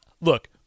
Look